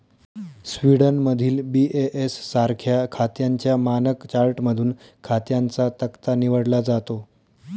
स्वीडनमधील बी.ए.एस सारख्या खात्यांच्या मानक चार्टमधून खात्यांचा तक्ता निवडला जातो